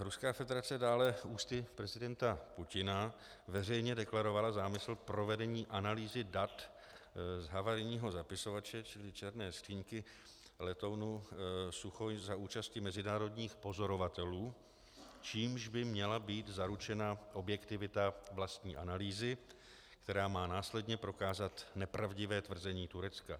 Ruská federace dále ústy prezidenta Putina veřejně deklarovala zámysl provedení analýzy dat z havarijního zapisovače, čili černé skříňky letounu Suchoj za účasti mezinárodních pozorovatelů, čímž by měla být zaručena objektivita vlastní analýzy, která má následně prokázat nepravdivé tvrzení Turecka.